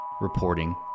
reporting